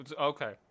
Okay